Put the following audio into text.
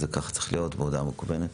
זה צריך להיות בהודעה מקוונת.